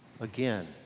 Again